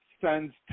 sends